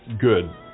good